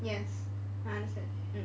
yes I understand